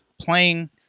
playing